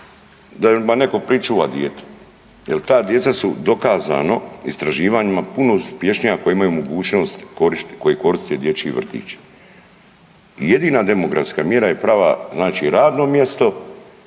da netko pričuva dijete. Jel' ta djeca su dokazano istraživanjima puno uspješnija koja imaju mogućnost koji koriste dječji vrtić. I jedina demografska mjera je prava znači radno mjesto